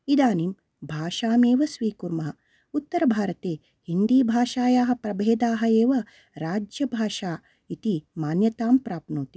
इदानीं भाषामेव स्वीकुर्मः उत्तरभारते हिन्दीभाषायाः प्रभेदाः एव राज्यभाषा इति मान्यतां प्राप्नोति